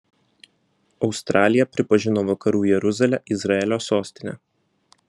australija pripažino vakarų jeruzalę izraelio sostine